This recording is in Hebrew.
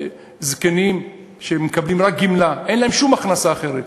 זקנים שמקבלים רק גמלה, אין להם שום הכנסה אחרת,